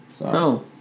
No